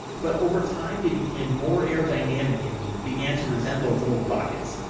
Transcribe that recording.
but over time, they became more aerodynamic and began to resemble little rockets.